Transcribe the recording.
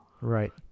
right